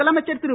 முதலமைச்சர் திரு